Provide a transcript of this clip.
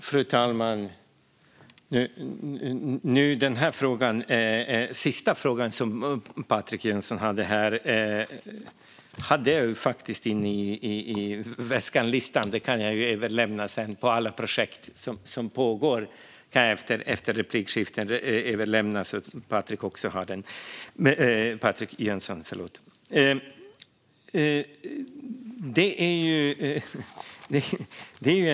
Fru talman! När det gäller den sista frågan som Patrik Jönsson ställde har jag faktiskt listan i väskan. Den kan jag överlämna sedan - listan på alla projekt som pågår kan jag överlämna efter replikskiftet så att Patrik Jönsson också har den.